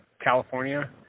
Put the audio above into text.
California